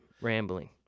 rambling